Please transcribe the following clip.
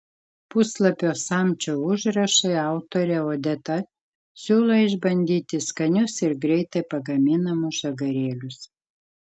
puslapio samčio užrašai autorė odeta siūlo išbandyti skanius ir greitai pagaminamus žagarėlius